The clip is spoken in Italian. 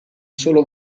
solo